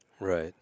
right